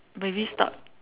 maybe start